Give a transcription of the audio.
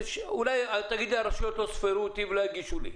אולי תגיד לי הרשויות לא יספרו אותי ולא יגישו לי.